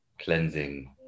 cleansing